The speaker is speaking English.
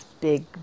big